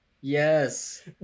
yes